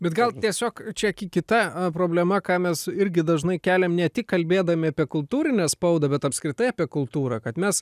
bet gal tiesiog čia ki kita problema ką mes irgi dažnai keliam ne tik kalbėdami apie kultūrinę spaudą bet apskritai apie kultūrą kad mes